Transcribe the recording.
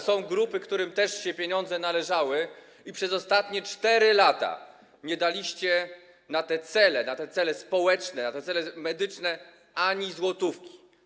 Są grupy, którym też się pieniądze należały, a przez ostatnie 4 lata nie daliście na te cele, na cele społeczne, na cele medyczne, ani złotówki.